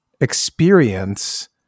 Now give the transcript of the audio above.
experience